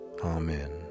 amen